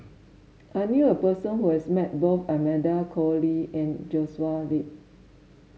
I knew a person who has met both Amanda Koe Lee and Joshua Ip